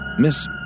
Miss